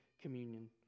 communion